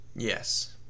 Yes